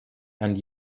and